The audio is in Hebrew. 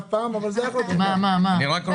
ינון,